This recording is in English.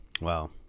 Wow